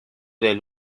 del